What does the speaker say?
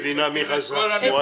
את מבינה מרב סרן שמועתי.